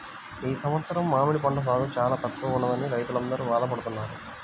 ఈ సంవత్సరం మామిడి పంట సాగు చాలా తక్కువగా ఉన్నదని రైతులందరూ బాధ పడుతున్నారు